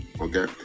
okay